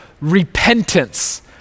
repentance